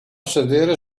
sedere